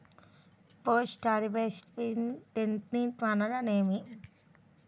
Post harvesting technique అనగా నేమి?